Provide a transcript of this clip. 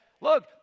Look